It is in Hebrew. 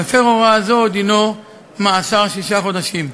המפר הוראה זו דינו מאסר שישה חודשים.